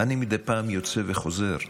אני מדי פעם יוצא וחוזר,